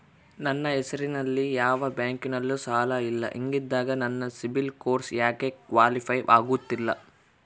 ನನ್ನ ಹೆಸರಲ್ಲಿ ಯಾವ ಬ್ಯಾಂಕಿನಲ್ಲೂ ಸಾಲ ಇಲ್ಲ ಹಿಂಗಿದ್ದಾಗ ನನ್ನ ಸಿಬಿಲ್ ಸ್ಕೋರ್ ಯಾಕೆ ಕ್ವಾಲಿಫೈ ಆಗುತ್ತಿಲ್ಲ?